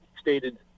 stated